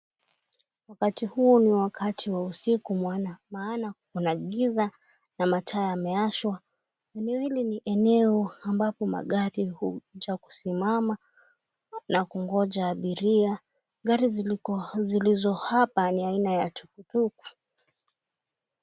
Wakati huu ni wakati wa usiku maana kuna giza na mataa yamewashwa, eneo hili ni eneo ambapo magari huja kusimama na kungoja abiria, gari zilizo apa ni aina ya tuku tuku.